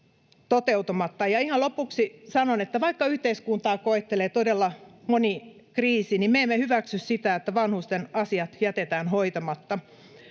toteuttamatta. Ja ihan lopuksi sanon, että vaikka yhteiskuntaa koettelee todella moni kriisi, niin me emme hyväksy sitä, että vanhusten asiat jätetään hoitamatta.